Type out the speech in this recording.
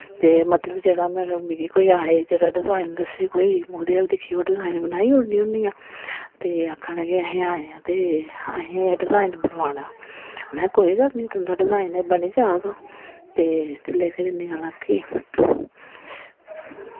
ते मतलब जेह्ड़ा मेरा मिगी कोई आए जेह्ड़ा डिजाईन दस्से कोई ओह्दे अल्ल दिक्खियै में ओह् डिजाइन बनाई ओड़नी होन्नी आं ते आखन लगे अस आए आं ते अस एह् डिजाइन बनवाना ऐ महैं कोई गल्ल निं तुं'दा डिजाइन एह् बनी जाग ते जिल्लै फिर इन्नी गल्ल आक्खी